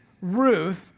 Ruth